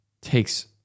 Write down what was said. takes